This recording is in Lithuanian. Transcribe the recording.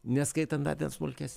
neskaitant dar ten smulkias